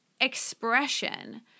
expression